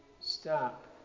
Stop